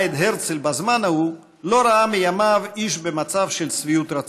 את הרצל בזמן ההוא לא ראה מימיו איש במצב של שביעות רצון.